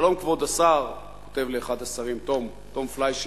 "שלום כבוד השר" כותב לאחד השרים תום פליישר.